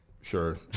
Sure